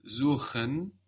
suchen